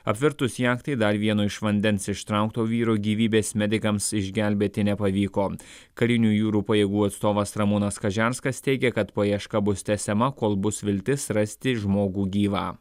apvirtus jachtai dar vieno iš vandens ištraukto vyro gyvybės medikams išgelbėti nepavyko karinių jūrų pajėgų atstovas ramūnas kažerskas teigė kad paieška bus tęsiama kol bus viltis rasti žmogų gyvą